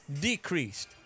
decreased